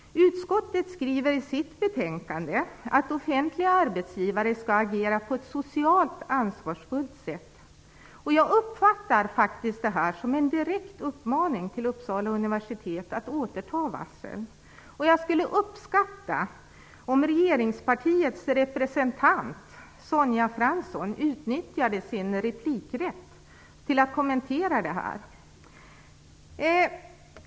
Utskottet skriver i sitt betänkande att offentliga arbetsgivare skall agera på ett socialt ansvarsfullt sätt. Jag uppfattar faktiskt detta som en direkt uppmaning till Uppsala universitet att återta varslen. Jag skulle uppskatta om regeringspartiets representant, Sonja Fransson, utnyttjade sin replikrätt till att kommentera detta.